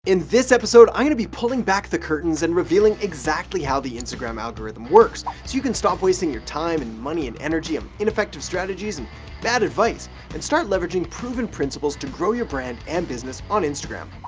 in this episode i'm going to be pulling back the curtains and revealing exactly how the instagram algorithm works, so you can stop wasting your time and money and energy of ineffective strategies and bad advice and start leveraging proven principles to grow your brand and business on instagram.